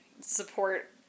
support